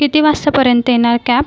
किती वाजतापर्यंत येणार कॅप